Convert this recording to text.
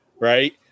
right